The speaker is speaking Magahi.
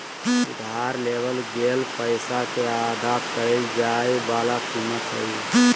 उधार लेवल गेल पैसा के अदा कइल जाय वला कीमत हइ